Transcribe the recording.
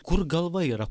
kur galva yra